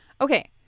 Okay